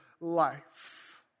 life